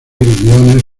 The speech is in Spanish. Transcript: guiones